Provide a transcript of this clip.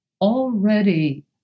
already